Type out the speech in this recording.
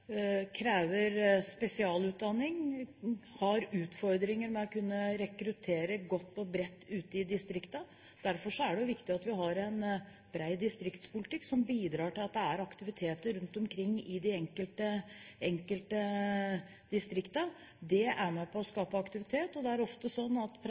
krever spesialutdanning, har utfordringer med å kunne rekruttere godt og bredt ute i distriktene. Derfor er det viktig at vi har en bred distriktspolitikk, som bidrar til at det er aktiviteter rundt omkring i de enkelte distriktene. Det er med på å skape aktivitet, og det er ofte slik at